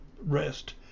rest